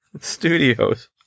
Studios